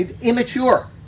Immature